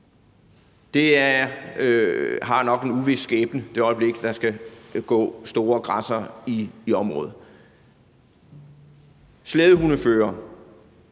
det har nok en uvis skæbne, det øjeblik der skal gå store græssere i området. Slædehundeførere